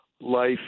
life